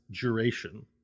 duration